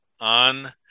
on